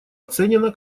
оценена